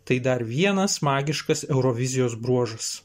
tai dar vienas magiškas eurovizijos bruožas